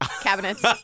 cabinets